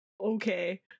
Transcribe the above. Okay